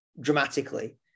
dramatically